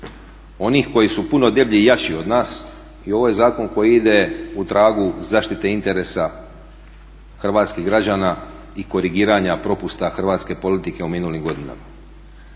onih koji su puno deblji i jači od nas. I ovo je zakon koji ide u tragu zaštite interesa hrvatskih građana i korigiranja propusta hrvatske politike u minulim godinama.